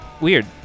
weird